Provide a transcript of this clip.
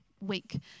week